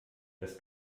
das